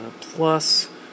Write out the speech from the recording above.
plus